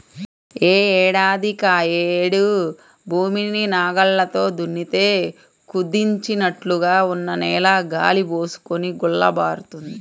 యే ఏడాదికాయేడు భూమిని నాగల్లతో దున్నితే కుదించినట్లుగా ఉన్న నేల గాలి బోసుకొని గుల్లబారుతుంది